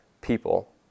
people